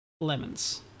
Lemons